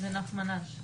הנפש שלי,